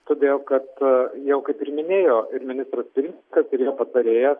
todėl kad jau kaip ir minėjo ir ministras pirmininkas ir jo patarėjas